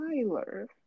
Tyler